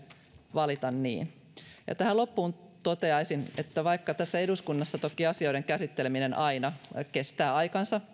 valita niin loppuun toteaisin että vaikka eduskunnassa toki asioiden käsitteleminen aina kestää aikansa